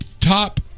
top